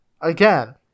Again